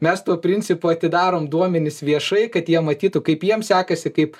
mes tuo principu atidarom duomenis viešai kad jie matytų kaip jiems sekasi kaip